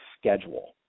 schedule